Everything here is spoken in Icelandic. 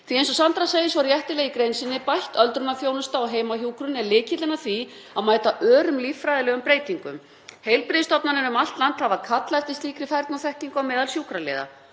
að eins og Sandra segir svo réttilega í grein sinni Bætt öldrunarþjónusta og heimahjúkrun er lykillinn að því að mæta örum líffræðilegum breytingum. Heilbrigðisstofnanir um allt land hafa kallað eftir slíkri færni og þekkingu á meðal sjúkraliða.